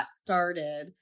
started